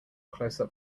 closeup